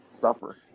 suffer